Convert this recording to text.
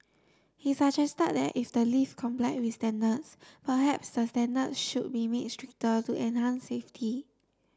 he suggested that if the lift comply with standards perhaps the standards should be made stricter to enhance safety